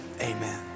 amen